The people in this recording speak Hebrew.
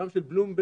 גם של בלומברג,